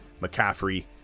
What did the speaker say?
McCaffrey